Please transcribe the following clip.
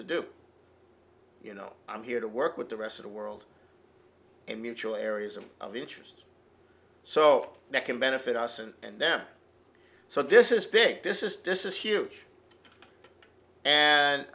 to do you know i'm here to work with the rest of the world in mutual areas of interest so they can benefit us and them so this is big this is this is huge and